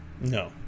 No